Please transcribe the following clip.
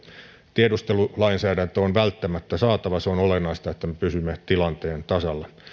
tiedustelulainsäädäntö on välttämättä saatava se on olennaista että me pysymme tilanteen tasalla